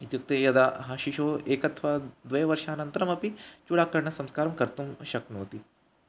इत्युक्ते यदा ह शिशुः एकम् अथवा द्वयवर्षानन्तरमपि चूडाकरणसंस्कारं कर्तुं शक्नोति